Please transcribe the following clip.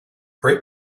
break